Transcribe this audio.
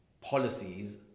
policies